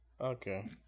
Okay